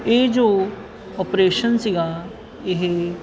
ਇਹ ਜੋ ਓਪਰੇਸ਼ਨ ਸੀਗਾ ਇਹ